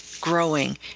growing